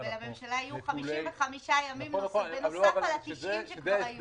ולממשלה יהיו 55 ימים בנוסף על ה-90 שכבר היו.